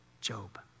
Job